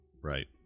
right